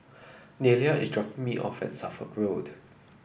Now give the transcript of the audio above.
Nelia is dropping me off at Suffolk Road